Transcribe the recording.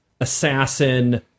assassin